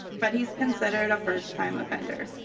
but he is considered a first-time offender.